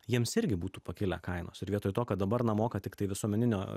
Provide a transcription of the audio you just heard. jiems irgi būtų pakilę kainos ir vietoj to kad dabar na moka tiktai visuomeninio